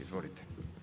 Izvolite.